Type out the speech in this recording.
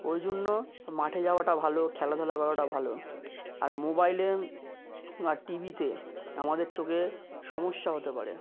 ওই জন্য মাঠে যাওয়াটা ভালো খেলাধুলা করাটা ভালো আর মোবাইলে আর টিভিতে আমাদের চোখে সমস্যা হতে পারে